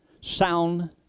sound